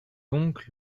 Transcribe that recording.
donc